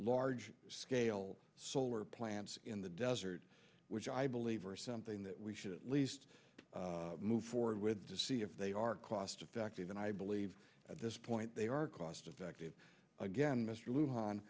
large scale solar plants in the desert which i believe are something that we should at least move forward with to see if they are cost effective and i believe at this point they are cost effective again mr lew hon